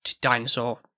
dinosaur